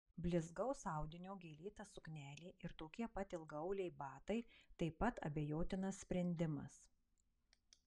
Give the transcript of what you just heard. blizgaus audinio gėlėta suknelė ir tokie pat ilgaauliai batai taip pat abejotinas sprendimas